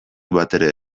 batere